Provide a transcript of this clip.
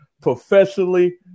professionally